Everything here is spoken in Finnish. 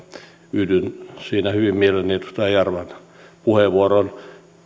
yhdyn hyvin mielelläni edustaja jarvan puheenvuoroon